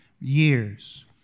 years